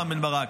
רם בן ברק,